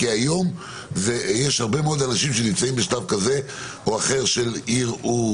כי היום יש הרבה מאוד אנשים שנמצאים בשלב כזה או אחר של ערעורים.